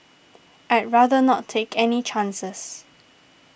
I'd rather not take any chances